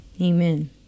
Amen